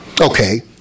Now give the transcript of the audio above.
Okay